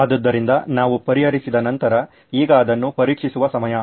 ಆದ್ದರಿಂದ ನಾವು ಪರಿಹರಿಸಿದ ನಂತರ ಈಗ ಅದನ್ನು ಪರೀಕ್ಷಿಸುವ ಸಮಯ